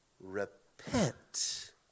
repent